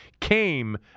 came